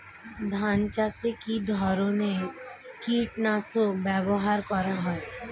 ধান চাষে কী ধরনের কীট নাশক ব্যাবহার করা হয়?